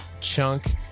chunk